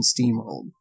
steamrolled